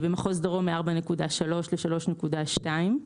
במחוז דרום מ-4.3 ל-3.2.